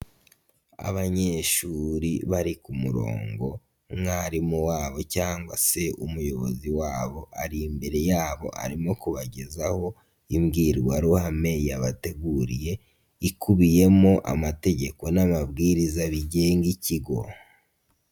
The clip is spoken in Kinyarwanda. Abanyeshuri bari ku murongo, umwarimu wabo cyangwa se umuyobozi wabo ari imbere yabo arimo kubagezaho imbwirwaruhame yabateguriye, ikubiyemo amategeko n'amabwiriza bigenga ikigo.